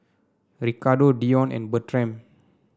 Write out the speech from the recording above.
Ricardo Dion and Bertram